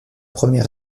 premier